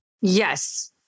Yes